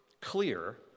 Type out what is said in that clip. clear